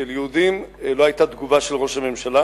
של יהודים, לא היתה תגובה של ראש הממשלה